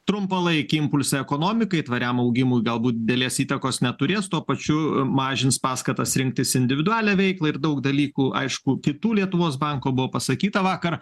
trumpalaikį impulsą ekonomikai tvariam augimui galbūt didelės įtakos neturės tuo pačiu mažins paskatas rinktis individualią veiklą ir daug dalykų aišku kitų lietuvos banko buvo pasakyta vakar